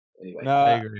No